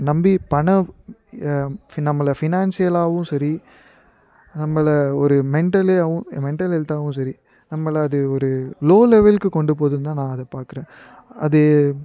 நம்பி பண ஃபி நம்மளை ஃபினான்ஷியலாகவும் சரி நம்மளை ஒரு மெண்டலியாகவும் மெண்டல் ஹெல்த்தாகவும் சரி நம்மளை அது ஒரு லோ லெவெல்க்கு கொண்டு போதும்தான் நான் அதை பார்க்கறேன் அது